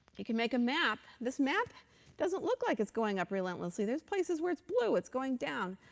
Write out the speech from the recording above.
you can make a map. this map doesn't look like it's going up relentlessly. there's places where it's blue, it's going down.